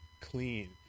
clean